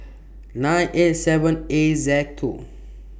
nine eight seven A Z two